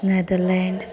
Netherlands